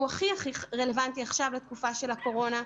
והוא הכי רלוונטי עכשיו לתקופה של הקורונה,